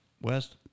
west